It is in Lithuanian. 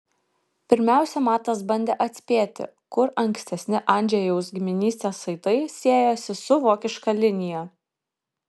pirmiausia matas bandė atspėti kur ankstesni andžejaus giminystės saitai siejosi su vokiška linija